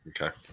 Okay